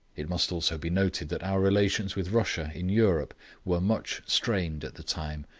it must also be noted that our relations with russia in europe were much strained at the time,